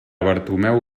bartomeu